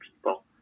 people